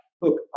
look